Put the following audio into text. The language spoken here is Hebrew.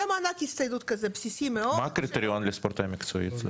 זה מענק הסתיידות כזה בסיסי מאוד --- מה הקריטריון לספורטאי מקצועי?